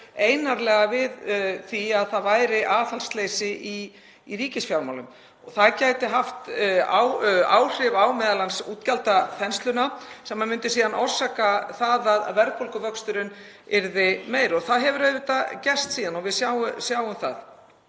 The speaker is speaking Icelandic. einarðlega við því að það væri aðhaldsleysi í ríkisfjármálum og það gæti haft á áhrif á m.a. útgjaldaþenslu sem myndi síðan orsaka það að verðbólguvöxturinn yrði meiri. Það hefur auðvitað gerst síðan. Auðvitað er það